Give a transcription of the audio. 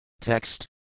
Text